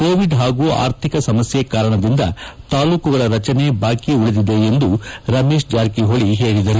Covid ಹಾಗೂ ಆರ್ಥಿಕ ಸಮಸ್ಯೆ ಕಾರಣದಿಂದ ತಾಲೂಕುಗಳ ರಚನೆ ಬಾಕಿ ಉಳಿದಿದೆ ಎಂದು ರಮೇಶ್ ಜಾರಕಿ ಹೊಳಿ ಹೇಳಿದ್ದಾರೆ